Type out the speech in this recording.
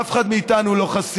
אף אחד מאיתנו לא חסין,